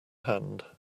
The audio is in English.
hand